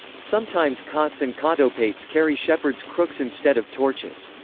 sometimes cautes and cautopates carry shepherds' crooks instead of torches.